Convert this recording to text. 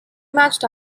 matched